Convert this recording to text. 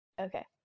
Okay